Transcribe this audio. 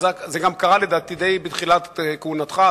וזה גם קרה לדעתי די בתחילת כהונתך,